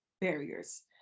barriers